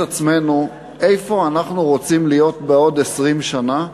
עצמנו איפה אנחנו רוצים להיות בעוד 20 שנה.